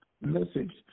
message